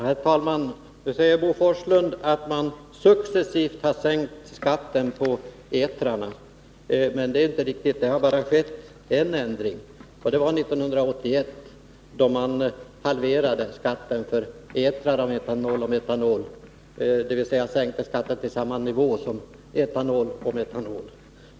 Herr talman! Bo Forslund säger att man successivt har sänkt skatten på etrarna. Det är inte riktigt. Det har bara skett en ändring, 1981, då man halverade skatten för etrar av metanol och etanol, dvs. sänkte skatten på etrar till samma nivå som för etanol och metanol.